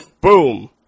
boom